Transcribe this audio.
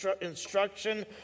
instruction